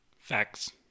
Facts